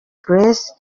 grace